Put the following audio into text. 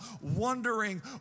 wondering